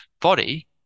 body